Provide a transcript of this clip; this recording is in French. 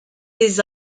des